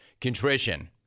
contrition